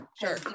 Sure